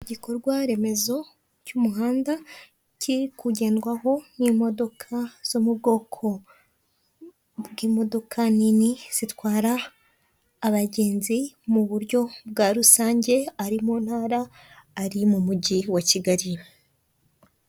Igikorwa remezo cy'umuhanda kiri kugendwaho n'imodoka zo mu bwoko bw'imodoka nini, zitwara abagenzi mu buryo bwa rusange ari mu ntara, ari mu mujyi wa Kigali.